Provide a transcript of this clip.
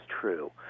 true